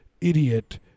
idiot